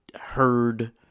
Heard